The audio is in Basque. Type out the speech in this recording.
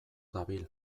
dabil